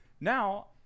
Now